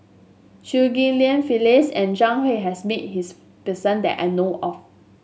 Chew Ghim Lian Phyllis and Zhang Hui has met this person that I know of